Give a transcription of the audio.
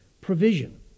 provision